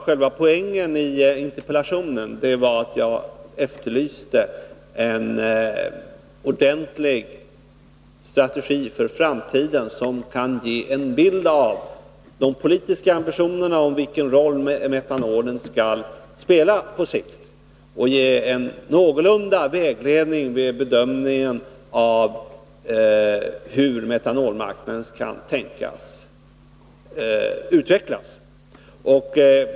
Själva poängen i interpellationen var att jag efterlyste en ordentlig strategi för framtiden som kan ge en bild av de politiska ambitionerna och belysa den roll som metanolen skall spela på sikt samt ge en viss vägledning när det gäller bedömningen av utvecklingen på metanolmarknaden.